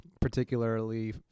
particularly